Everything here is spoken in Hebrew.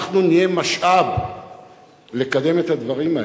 אנחנו נהיה משאב לקדם את הדברים האלה.